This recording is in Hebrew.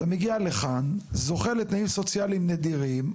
אתה מגיע לכאן, זוכה לתנאים סוציאליים נדירים.